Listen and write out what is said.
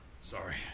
Sorry